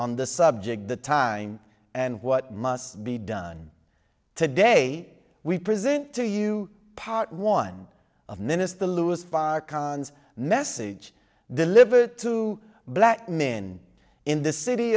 on the subject the time and what must be done today we present to you part one of minister louis farrakhan message delivered to black men in the city